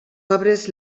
obres